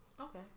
Okay